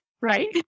right